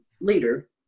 leader